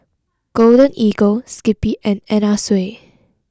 Golden Eagle Skippy and Anna Sui